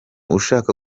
ushaka